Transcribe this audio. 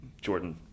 jordan